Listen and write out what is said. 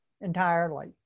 entirely